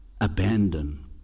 abandon